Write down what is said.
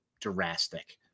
drastic